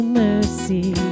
mercy